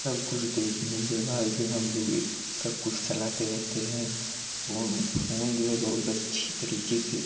सब कुछ देखने के बाद भी हम लोग ए सब कुछ चलाते रहते हैं फ़ोन फ़ोन जो है बहुत अच्छी तरीके से